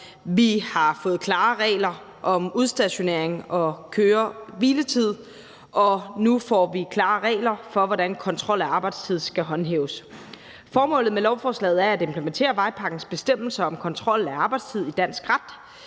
vi har fået klare regler om udstationering og køre-hvile-tid, og nu får vi klare regler for, hvordan kontrol af arbejdstid skal håndhæves. Formålet med lovforslaget er at implementere vejpakkens bestemmelser om kontrol af arbejdstid i dansk ret,